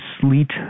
sleet